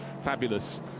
fabulous